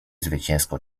zwycięsko